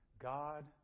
God